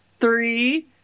three